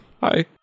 Hi